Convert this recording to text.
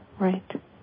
Right